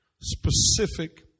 specific